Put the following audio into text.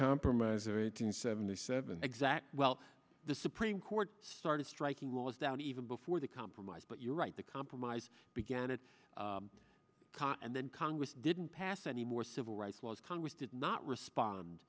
compromiser it in seventy seven exact well the supreme court started striking was that even before the compromise but you're right the compromise began it and then congress didn't pass any more civil rights laws congress did not respond